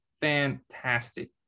fantastic